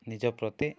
ନିଜ ପ୍ରତି